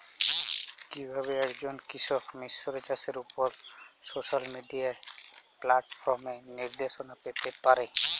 কিভাবে একজন কৃষক মিশ্র চাষের উপর সোশ্যাল মিডিয়া প্ল্যাটফর্মে নির্দেশনা পেতে পারে?